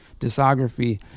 discography